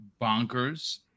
bonkers